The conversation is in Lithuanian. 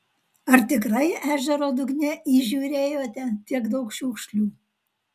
ar tikrai ežero dugne įžiūrėjote tiek daug šiukšlių